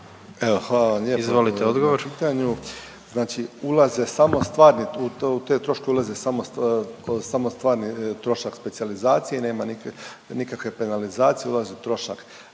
Evo hvala vam lijepa na ovom pitanju. Znači ulaze samo stvarni, u te troškove ulaze samo stvarni trošak specijalizacije i nema nikakve penalizacije. Ulazi trošak